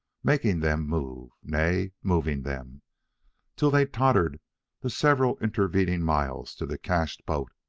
making them move nay, moving them till they tottered the several intervening miles to the cached boat,